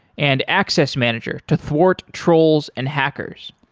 and access manager to thwart trolls and hackers.